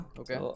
okay